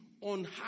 on